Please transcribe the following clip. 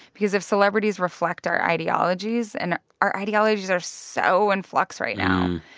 because if celebrities reflect our ideologies and our ideologies are so in flux right now.